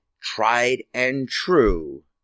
tried-and-true